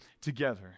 together